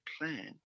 plan